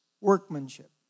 workmanship